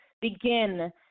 begin